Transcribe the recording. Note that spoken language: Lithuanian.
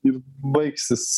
ir baigsis